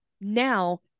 now